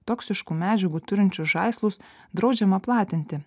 toksiškų medžiagų turinčius žaislus draudžiama platinti